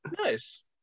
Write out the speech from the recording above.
nice